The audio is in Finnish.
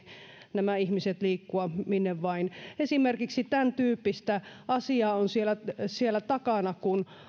nämä ihmiset liikkua minne vain esimerkiksi tämäntyyppistä asiaa on siellä siellä takana kun